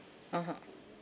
(uh huh)